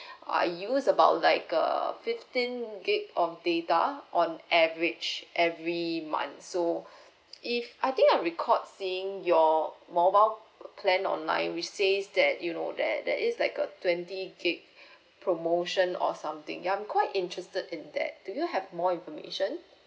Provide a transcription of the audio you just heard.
I use about like uh fifteen gig of data on average every month so if I think I record seeing your mobile plan online which says that you know that that is like a twenty gig promotion or something ya I'm quite interested in that do you have more information